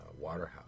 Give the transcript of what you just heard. Waterhouse